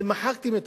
אתם מחקתם את